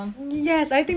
that's my answer